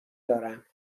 دارم